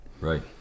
Right